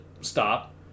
stop